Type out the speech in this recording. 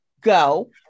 go